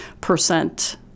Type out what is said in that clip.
percent